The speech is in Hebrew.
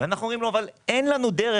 ואנחנו אומרים לו שאין לנו דרך.